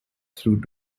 through